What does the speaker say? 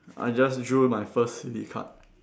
I just drew my first silly card